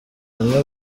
amwe